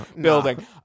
building